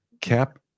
Cap